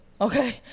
Okay